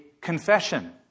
confession